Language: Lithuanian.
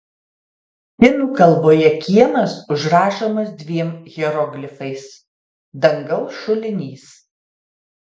kinų kalboje kiemas užrašomas dviem hieroglifais dangaus šulinys